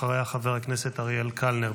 אחריה, חבר הכנסת אריאל קלנר.